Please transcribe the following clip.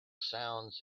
sounds